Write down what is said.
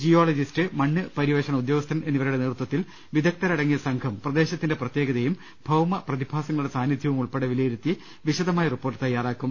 geologist മണ്ണ് പര്യ വേഷണ ഉദ്യോഗസ്ഥൻ എന്നിവരുടെ നേതൃത്വത്തിൽ വിദഗ്ധരടങ്ങിയ സംഘം പ്രദേശത്തിന്റെ പ്രത്യേകതയും ഭൌമ പ്രതിഭാസങ്ങളുടെ സാന്നി ധൃവും ഉൾപ്പെടെ വിലയിരുത്തി വിശദമായ റിപ്പോർട്ട് തയ്യാറാക്കും